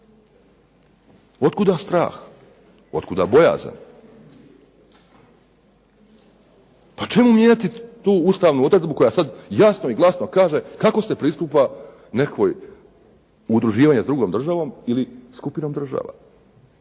Otkuda strah, otkuda bojazan? Čemu mijenjati tu Ustavnu odredbu koja sada jasno i glasno kaže kako se pristupa u udruživanje s drugom državom ili skupini država.